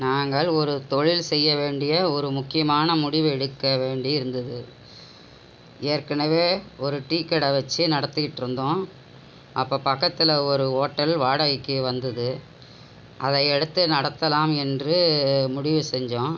நாங்கள் ஒரு தொழில் செய்யவேண்டிய ஒரு முக்கியமான முடிவு எடுக்க வேண்டி இருந்தது ஏற்கனவே ஒரு டீக்கடை வச்சு நடத்திக்கிட்டுருந்தோம் அப்போ பக்கத்தில் ஒரு ஓட்டல் வாடகைக்கு வந்துது அதை எடுத்து நடத்தலாம் என்று முடிவு செஞ்சோம்